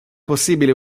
possibile